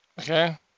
okay